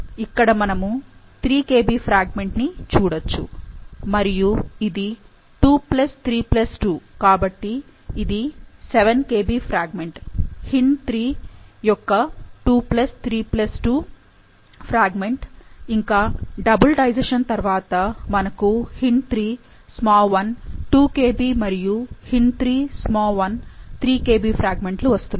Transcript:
ఇక్కడ మనము 3 kb fragment ని చూడొచ్చు మరియు ఇది 2 3 2 కాబట్టి ఇది 7 kb ఫ్రాగ్మెంట్ HindIII యొక్క 232 ఫ్రాగ్మెంట్ ఇంకా డబుల్ డైజెషన్ తరువాత మనకు HindIII SmaI 2 Kb మరియు HIndIII SmaI 3 Kb ఫ్రాగ్మెంట్ లు వస్తున్నాయి